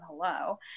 hello